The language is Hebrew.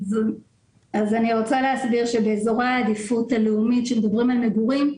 אני רוצה להסביר שבאזורי העדיפות הלאומית כשמדברים על מגורים,